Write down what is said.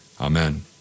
Amen